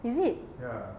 is it